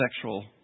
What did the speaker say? sexual